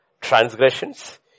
transgressions